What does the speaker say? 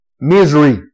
Misery